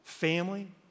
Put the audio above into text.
Family